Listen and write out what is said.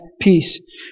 peace